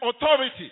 authority